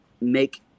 make